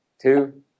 two